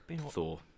Thor